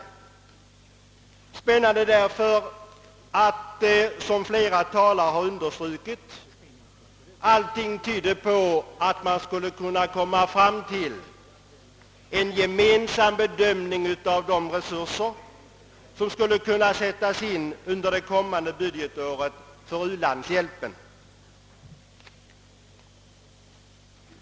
Den var spännande där för att, som flera talare understrukit, allting tydde på att man skulle kunna komma fram till en gemensam bedömning av de resurser som skulle kunna sättas in för u-landshjälpen under det kommande budgetåret.